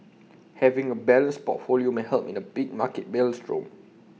having A balanced portfolio may help in A big market maelstrom